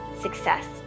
success